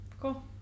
cool